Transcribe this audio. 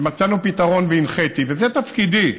ומצאנו פתרון, והנחיתי, וזה תפקידי,